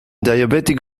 diabetic